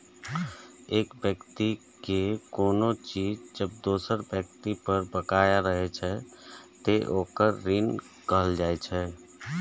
एक व्यक्ति के कोनो चीज जब दोसर व्यक्ति पर बकाया रहै छै, ते ओकरा ऋण कहल जाइ छै